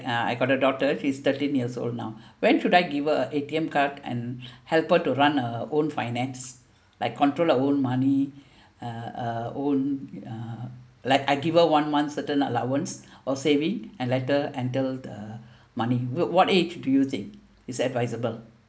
ah I got a daughter she's thirteen years old now when should I give her a A_T_M card and help her to run a own finance like control her own money uh uh own uh like I give her one month certain allowance or saving and let her handle the money what age do you think is advisable